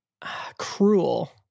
cruel